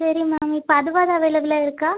சரி மேம் இப்போ அதுவாவது அவைலபுளாக இருக்கா